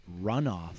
runoff